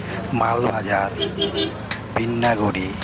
Malbazar Binnaguri